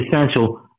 essential